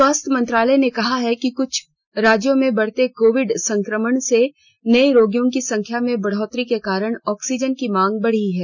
स्वास्थ्य मंत्रालय ने कहा है कि क्छ राज्यों में बढ़ते कोविड संक्रमण से नये रोगियों की संख्या में बढ़ोतरी के कारण ऑक्सीजन की मांग बढ़ी है